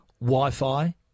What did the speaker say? Wi-Fi